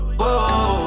whoa